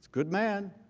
good man.